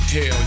Hell